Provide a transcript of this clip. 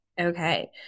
Okay